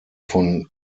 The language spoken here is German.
von